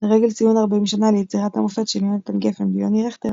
לרגל ציון 40 שנה ליצירת המופת של יהונתן גפן ויוני רכטר,